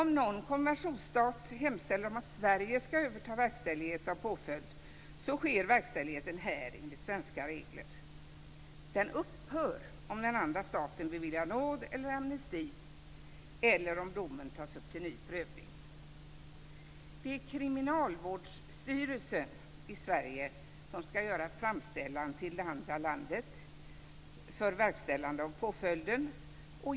Om någon konventionsstat hemställer om att Sverige ska överta verkställighet av påföljd sker verkställigheten här enligt svenska regler. Den upphör om den andra staten beviljar nåd eller amnesti eller om domen tas upp till ny prövning. Det är Kriminalvårdsstyrelsen i Sverige som ska göra framställan till det andra landet för verkställande av påföljden.